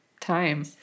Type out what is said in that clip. time